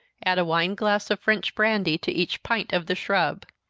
add a wine glass of french brandy to each pint of the shrub.